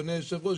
אדוני היושב ראש,